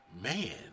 man